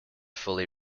fully